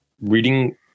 Reading